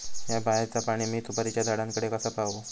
हया बायचा पाणी मी सुपारीच्या झाडान कडे कसा पावाव?